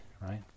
right